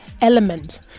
element